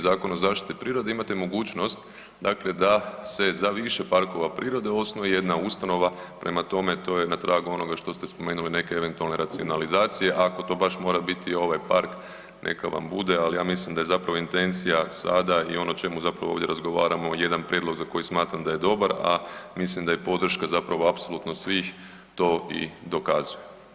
Zakona o zaštiti prirode imate mogućnost dakle da se za više parkova prirode osnuje jedna ustanova prema tome to je na tragu onoga što ste spomenuli neke eventualne racionalizacije, ako to baš mora biti ovaj park neka vam bude, ali ja mislim da je zapravo intencija sada i ono o čemu zapravo ovdje razgovaramo jedan prijedlog za koji smatram da je dobar, a mislim da je podrška zapravo apsolutno svih to i dokazuje.